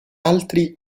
altri